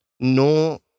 No